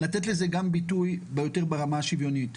לתת לזה ביטוי ברמה השוויונית.